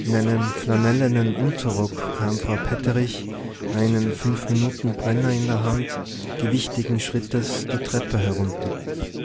in einem flanellenen unterrock kam frau petterich einen fünfminutenbrenner in der hand gewichtigen schrittes die treppe herunter